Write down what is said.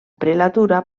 prelatura